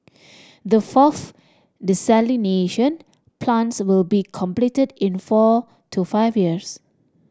the fourth desalination plants will be completed in four to five years